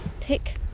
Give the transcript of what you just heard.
pick